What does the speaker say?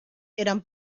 eran